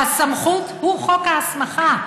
והסמכות היא חוק ההסמכה.